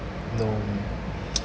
no